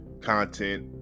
content